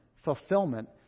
Fulfillment